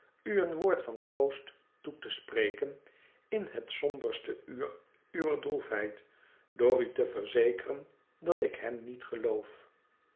u een woord van troost toe te spreken in het somberste uur uwer droefheid door u te verzekeren dat ik hem niet geloof